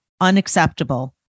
Unacceptable